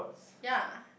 yea